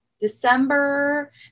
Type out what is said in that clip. December